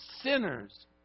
sinners